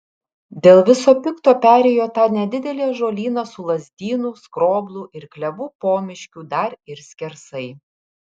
dėl viso pikto perėjo tą nedidelį ąžuolyną su lazdynų skroblų ir klevų pomiškiu dar ir skersai